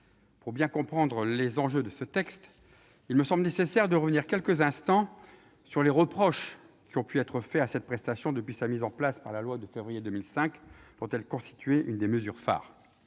Pour bien comprendre les enjeux de ce texte, il me semble nécessaire de revenir quelques instants sur les reproches qui ont pu être faits à cette prestation depuis sa mise en place par la loi de février 2005, dont elle constituait une des mesures phares.